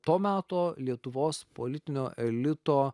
to meto lietuvos politinio elito